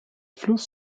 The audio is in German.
fluss